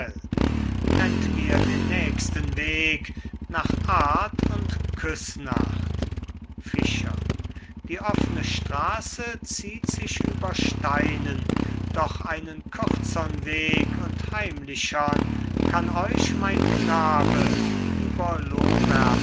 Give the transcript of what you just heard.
nennt mir den nächsten weg nach arth und küssnacht fischer die offne strasse zieht sich über steinen doch einen kürzern weg und heimlichern kann euch mein knabe über